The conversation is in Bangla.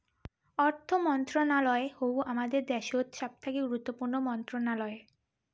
অর্থ মন্ত্রণালয় হউ হামাদের দ্যাশোত সবথাকি গুরুত্বপূর্ণ মন্ত্রণালয়